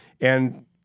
And-